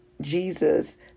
Jesus